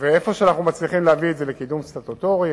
איפה שאנחנו מצליחים להביא את זה לקידום סטטוטורי,